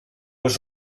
was